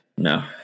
No